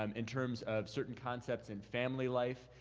um in terms of certain concepts in family life,